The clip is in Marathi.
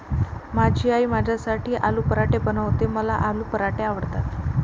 माझी आई माझ्यासाठी आलू पराठे बनवते, मला आलू पराठे आवडतात